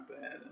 bad